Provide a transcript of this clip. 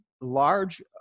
large